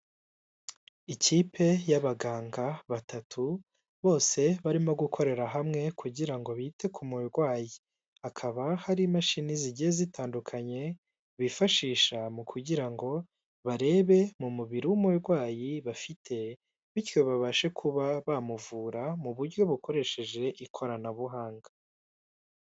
Ikipe y'abaganga batatu bose barimo gukorera hamwe kugira ngo bite ku murwayi. Hakaba hari imashini zigiye zitandukanye bifashisha mu kugira ngo barebe mu mubiri w'umurwayi bafite, bityo babashe kuba bamuvura mu buryo bukoresheje ikoranabuhanga.